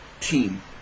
team